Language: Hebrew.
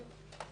כן.